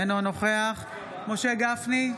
אינו נוכח משה גפני,